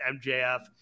MJF